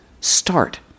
start